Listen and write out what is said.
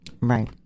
Right